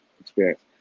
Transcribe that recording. experience